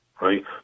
right